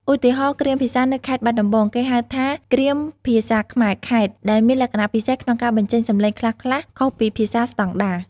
ឧទាហរណ៍ គ្រាមភាសានៅខេត្តបាត់ដំបង គេហៅថា "គ្រាមភាសាខ្មែរខេត្ត" ដែលមានលក្ខណៈពិសេសក្នុងការបញ្ចេញសំឡេងខ្លះៗខុសពីភាសាស្តង់ដារ។